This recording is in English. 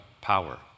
power